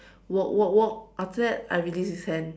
walk walk walk after that I release his hand